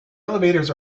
elevators